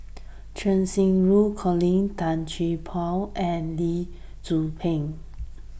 Cheng Xinru Colin Tan Gee Paw and Lee Tzu Pheng